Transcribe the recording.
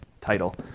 title